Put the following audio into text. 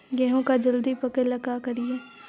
गेहूं के जल्दी पके ल का करियै?